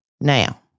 Now